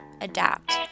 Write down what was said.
Adapt